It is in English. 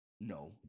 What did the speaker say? no